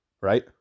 Right